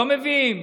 לא מביאים.